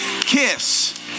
Kiss